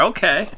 Okay